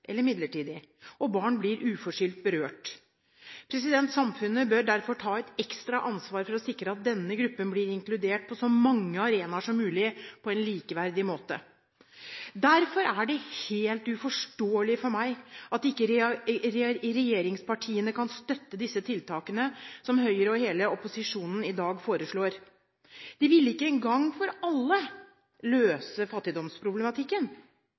eller midlertidig, og barn blir uforskyldt berørt. Samfunnet bør derfor ta et ekstra ansvar for å sikre at denne gruppen blir inkludert på så mange arenaer som mulig på en likeverdig måte. Derfor er det helt uforståelig for meg at ikke regjeringspartiene kan støtte disse tiltakene som Høyre og hele opposisjonen i dag foreslår. De ville ikke én gang for alle løse fattigdomsproblematikken,